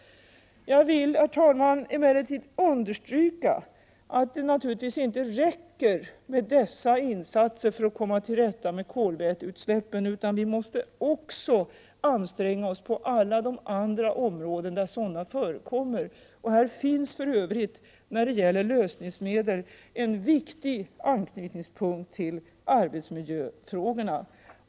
Jag vill, herr talman, emellertid understryka att det naturligtvis inte räcker med dessa insatser för att komma till rätta med kolväteutsläppen, utan vi måste också anstränga oss på alla de andra områden där sådana förekommer. Här finns för övrigt när det gäller lösningsmedel en viktig anknytningspunkt till arbetsmiljöfrågorna.